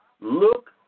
Look